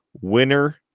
winner